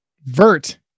vert